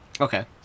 Okay